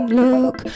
look